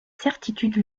certitude